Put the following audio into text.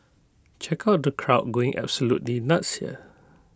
check out the crowd going absolutely nuts here